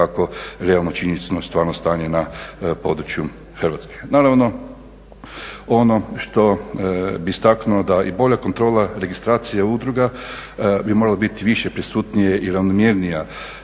itekako realno činjenično stvarno stanje na području Hrvatske. Naravno ono što bih istaknuo da i bolja kontrola registracije udruga bi morala biti više prisutnija i ravnomjernija.